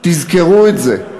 תזכרו את זה.